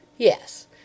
Yes